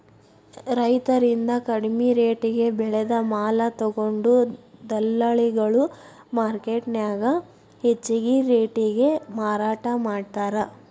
ರೈತರಿಂದ ಕಡಿಮಿ ರೆಟೇಗೆ ಬೆಳೆದ ಮಾಲ ತೊಗೊಂಡು ದಲ್ಲಾಳಿಗಳು ಮಾರ್ಕೆಟ್ನ್ಯಾಗ ಹೆಚ್ಚಿಗಿ ರೇಟಿಗೆ ಮಾರಾಟ ಮಾಡ್ತಾರ